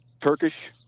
Turkish